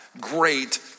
great